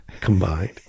combined